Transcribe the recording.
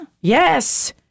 Yes